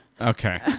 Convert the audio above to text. Okay